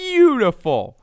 Beautiful